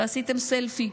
ועשיתם סלפי,